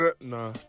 Nah